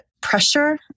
pressure